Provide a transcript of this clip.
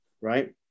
right